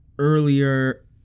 earlier